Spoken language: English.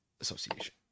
Association